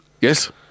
Yes